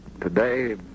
today